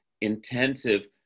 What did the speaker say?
intensive